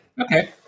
Okay